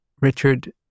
Richard